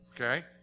okay